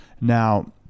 Now